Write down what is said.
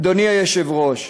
אדוני היושב-ראש,